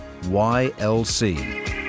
YLC